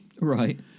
right